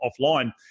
offline